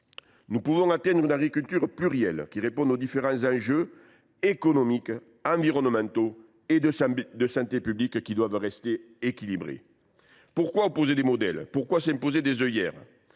Nous pouvons atteindre une agriculture plurielle répondant aux différents enjeux économiques, environnementaux et de santé publique, qui doivent rester équilibrés. Pourquoi opposer des modèles ? Pourquoi s’imposer des œillères ?